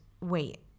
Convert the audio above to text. wait